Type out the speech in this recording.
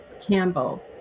Campbell